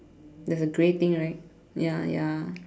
there's a grey thing right ya ya